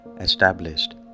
established